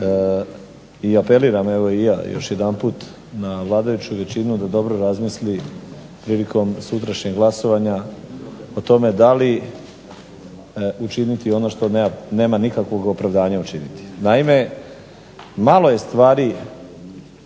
i apeliram evo i ja još jedanput na vladajuću većinu da dobro razmisli prilikom sutrašnjeg glasovanja o tome da li učiniti ono što nema nikakvog opravdanja učiniti. Naime, malo je stvari